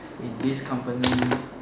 in this company